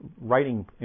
writing